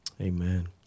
Amen